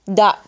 da